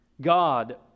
God